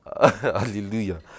Hallelujah